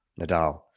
Nadal